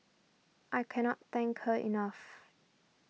I cannot thank her enough